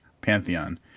pantheon